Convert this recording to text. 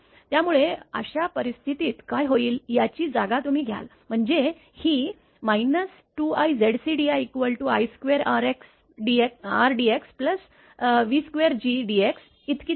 त्यामुळे अशा परिस्थितीत काय होईल याची जागा तुम्ही घ्याल म्हणजे ही 2iZcdi i2Rdxv2Gdx इतकीच आहे